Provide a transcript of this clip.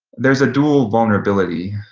there's a dual vulnerability,